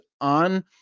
on